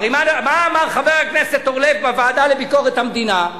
מה אמר חבר הכנסת אורלב בוועדה לביקורת המדינה,